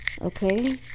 okay